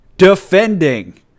Defending